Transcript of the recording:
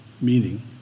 meaning